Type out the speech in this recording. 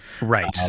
Right